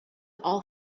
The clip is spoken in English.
all